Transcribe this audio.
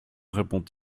répond